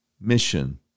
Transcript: mission